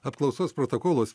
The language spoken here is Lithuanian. apklausos protokolas